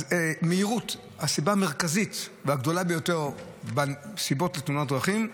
אז מהירות היא הסיבה המרכזית והגדולה ביותר בסיבות לתאונות דרכים,